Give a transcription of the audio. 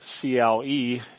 CLE